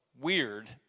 weird